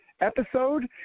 Episode